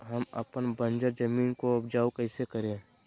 हम अपन बंजर जमीन को उपजाउ कैसे करे?